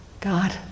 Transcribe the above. God